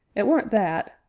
it weren't that,